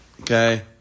okay